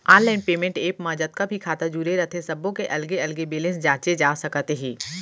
online payment app म जतका भी खाता जुरे रथे सब्बो के अलगे अलगे बेलेंस जांचे जा सकत हे